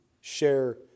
share